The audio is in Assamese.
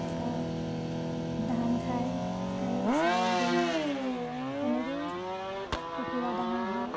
থকা ধান খায় আৰু চাউল দিওঁ এনেকেই কুকুৰা ডাঙৰ হয়